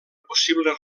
possible